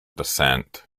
descent